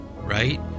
right